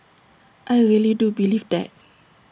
I really do believe that